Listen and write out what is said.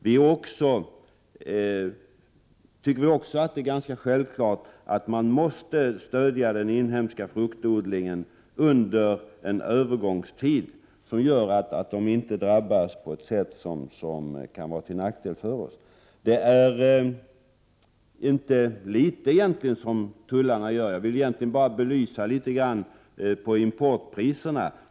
Vi tycker också att det är ganska självklart att man måste stödja den inhemska fruktodlingen under en övergångstid, så att den inte drabbas på ett sätt som skulle kunna vara till nackdel för oss. Tullarna betyder en hel del.